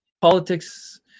Politics